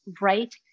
right